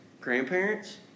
grandparents